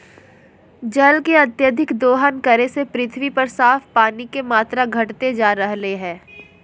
जल के अत्यधिक दोहन करे से पृथ्वी पर साफ पानी के मात्रा घटते जा रहलय हें